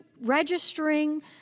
registering